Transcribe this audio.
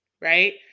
right